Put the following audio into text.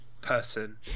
person